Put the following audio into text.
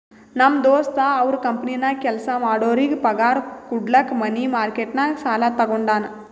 ನಮ್ ದೋಸ್ತ ಅವ್ರ ಕಂಪನಿನಾಗ್ ಕೆಲ್ಸಾ ಮಾಡೋರಿಗ್ ಪಗಾರ್ ಕುಡ್ಲಕ್ ಮನಿ ಮಾರ್ಕೆಟ್ ನಾಗ್ ಸಾಲಾ ತಗೊಂಡಾನ್